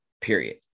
period